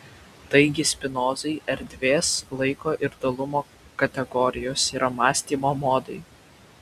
taigi spinozai erdvės laiko ir dalumo kategorijos yra mąstymo modai